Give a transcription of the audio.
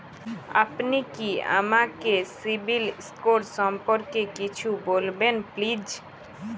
আপনি কি আমাকে সিবিল স্কোর সম্পর্কে কিছু বলবেন প্লিজ?